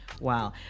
Wow